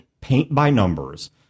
paint-by-numbers